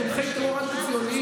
לתומכי טרור אנטי-ציוניים.